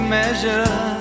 measure